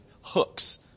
hooks